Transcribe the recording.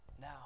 now